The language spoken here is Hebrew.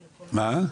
הוועדה.